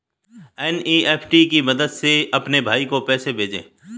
NEFT की मदद से अपने भाई को पैसे भेजें